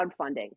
crowdfunding